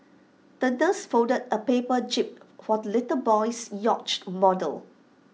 the nurse folded A paper jib for the little boy's yacht model